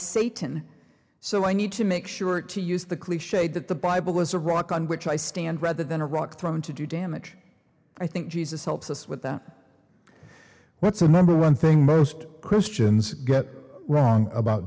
satan so i need to make sure to use the cliche that the bible was a rock on which i stand rather than a rock from to do damage i think jesus helps us with that let's remember one thing most christians get wrong about